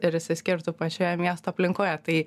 ir išsiskirtų pačioje miesto aplinkoje tai